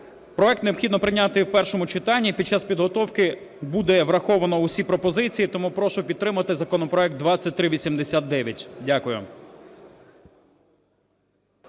Проект необхідно прийняти в першому читанні під час підготовки буде враховано всі пропозиції. Тому прошу підтримати законопроект 2389. Дякую.